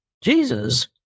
Jesus